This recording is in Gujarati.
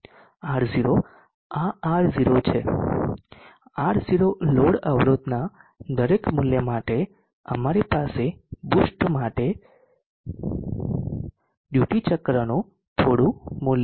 R0 આ R0 છે R0 લોડ અવરોધના દરેક મૂલ્ય માટે અમારી પાસે બુસ્ટ માટે ડ્યુટી ચક્રનું થોડું મૂલ્ય છે